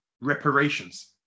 Reparations